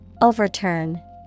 Overturn